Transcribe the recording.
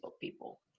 people